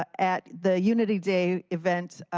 at the unity day event,